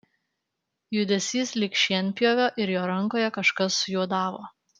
judesys lyg šienpjovio ir jo rankoje kažkas sujuodavo